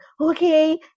okay